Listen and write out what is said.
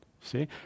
See